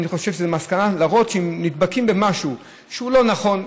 אני חושב שהמסקנה היא להראות שכשדבקים במשהו שהוא לא נכון,